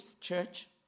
church